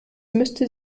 müsste